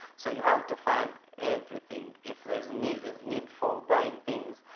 so you have to fund everything. if there's need need for buying things,